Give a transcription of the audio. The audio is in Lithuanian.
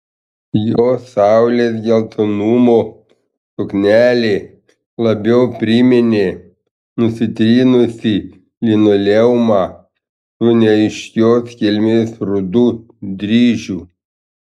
jos saulės geltonumo suknelė labiau priminė nusitrynusį linoleumą su neaiškios kilmės rudu dryžiu